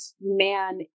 man